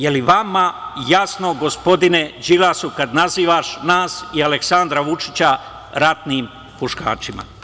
Jel vama jasno, gospodine Đilas, kada nazivaš nas i Aleksandra Vučića ratnim huškačima?